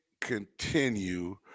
continue